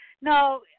no